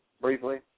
briefly